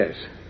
Yes